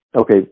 okay